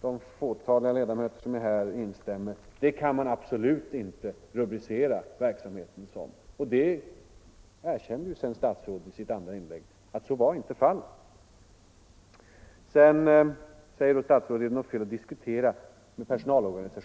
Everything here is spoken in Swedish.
de fåtaliga ledamöter som är här instämmer, att så kan man absolut inte rubricera verksamheten. I sitt andra inlägg erkände ju också statsrådet att så inte var fallet. Sedan frågar statsrådet: Är det något fel i att diskutera med personalorganisationerna?